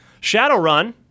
Shadowrun